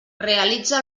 realitza